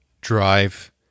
drive